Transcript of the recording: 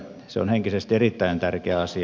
se on henkisesti erittäin tärkeä asia